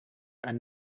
and